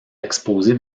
exposées